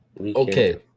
Okay